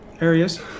areas